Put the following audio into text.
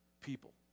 people